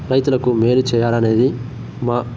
రైతులకు మేలు చేయాలనేది మా